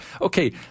okay